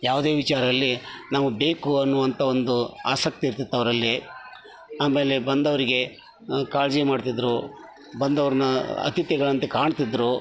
ಯಾವುದೆ ವಿಚಾರ ಆಗಲಿ ನಾವು ಬೇಕು ಅನ್ನುವಂತ ಒಂದು ಆಸಕ್ತಿ ಇರ್ತಿತ್ತು ಅವರಲ್ಲಿ ಆಮೇಲೆ ಬಂದವರಿಗೆ ಕಾಳಜಿ ಮಾಡ್ತಿದ್ದರು ಬಂದವ್ರನ್ನ ಅತಿಥಿಗಳಂತೆ ಕಾಣ್ತಿದ್ದರು